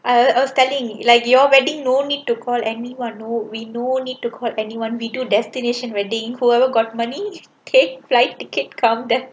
I I was telling you like your wedding no need to call anyone no we no need to call anyone we do destination wedding whoever got money cake flight ticket counter